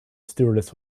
stewardess